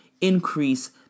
increase